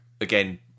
Again